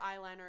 eyeliner